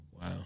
Wow